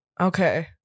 Okay